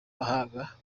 mahanga